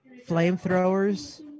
flamethrowers